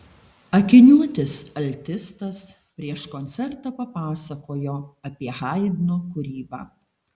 akiniuotis altistas prieš koncertą papasakojo apie haidno kūrybą